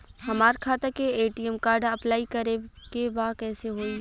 हमार खाता के ए.टी.एम कार्ड अप्लाई करे के बा कैसे होई?